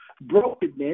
brokenness